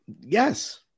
Yes